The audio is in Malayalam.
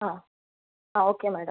ആ ആ ഓക്കെ മെഡം